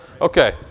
Okay